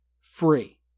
free